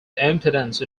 impedance